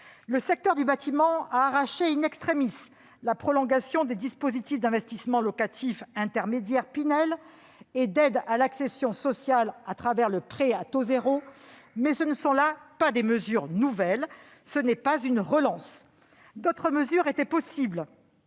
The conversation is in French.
Le secteur du bâtiment a arraché la prolongation des dispositifs d'investissement locatif intermédiaire Pinel et d'aide à l'accession sociale au travers du prêt à taux zéro, le PTZ, mais ce ne sont pas là des mesures nouvelles. Ce n'est pas une relance. D'autres mesures étaient possibles,